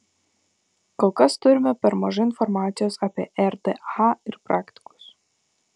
kol kas turime per mažai informacijos apie rda ir praktikos